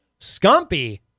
Scumpy